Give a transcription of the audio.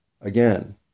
Again